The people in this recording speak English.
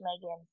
Megan